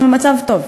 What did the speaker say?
אנחנו במצב טוב.